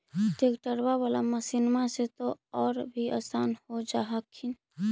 ट्रैक्टरबा बाला मसिन्मा से तो औ भी आसन हो जा हखिन?